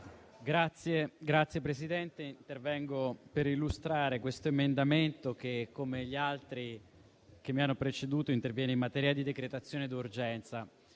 Signor Presidente, intervengo per illustrare questo emendamento che, come gli altri che l'hanno preceduto, interviene in materia di decretazione d'urgenza.